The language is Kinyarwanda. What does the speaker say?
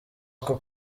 ako